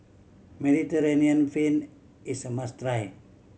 Mediterranean Penne is a must try